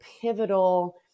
pivotal